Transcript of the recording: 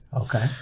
okay